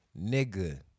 Nigga